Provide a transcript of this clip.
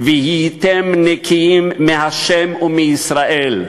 "והייתם נקִיִם מה' ומישראל".